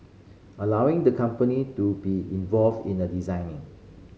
allowing the company to be involved in the designing